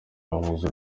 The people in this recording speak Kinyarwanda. bahuza